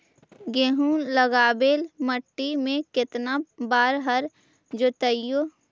गेहूं लगावेल मट्टी में केतना बार हर जोतिइयै?